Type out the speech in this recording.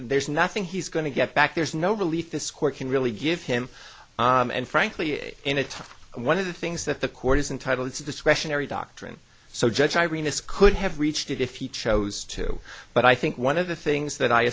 there's nothing he's going to get back there's no relief this court can really give him and frankly in a time one of the things that the court is entitle to discretionary doctrine so judge i read this could have reached it if he chose to but i think one of the things that i